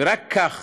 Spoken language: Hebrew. ורק כך